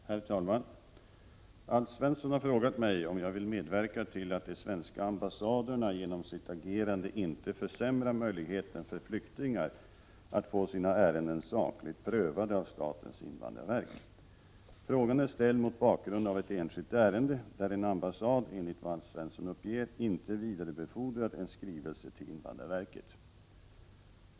Herr talman! Alf Svensson har frågat mig om jag vill medverka till att de ningen av flyktingärensvenska ambassaderna genom sitt agerande inte försämrar möjligheten för Tr AE flyktingar att få sina ärenden sakligt prövade av statens invandrarverk. Frågan är ställd mot bakgrund av ett enskilt ärende där en ambassad, enligt vad Alf Svensson uppger, inte vidarebefordrat en skrivelse till invandrarverket.